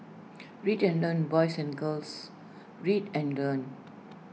read and learn boys and girls read and learn